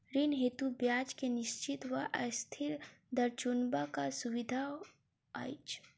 ऋण हेतु ब्याज केँ निश्चित वा अस्थिर दर चुनबाक सुविधा अछि